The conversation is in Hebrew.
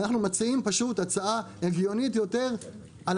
ולכן מציעים הצעה הגיונית יותר על